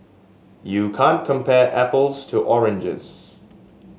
you can't compare apples to oranges